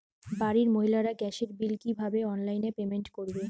বাড়ির মহিলারা গ্যাসের বিল কি ভাবে অনলাইন পেমেন্ট করবে?